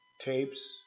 tapes